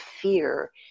fear